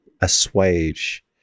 assuage